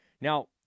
Now